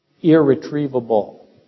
irretrievable